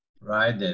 right